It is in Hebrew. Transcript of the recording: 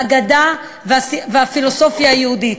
האגדה והפילוסופיה היהודית,